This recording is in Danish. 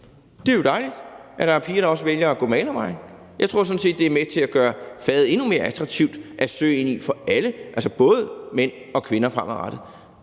Det er jo dejligt, at der er piger, der også vælger at gå malervejen. Jeg tror sådan set, det er med til at gøre faget endnu mere attraktivt at søge ind i for alle, altså både mænd og kvinder, fremadrettet.